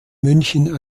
münchen